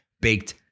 baked